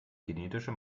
genetische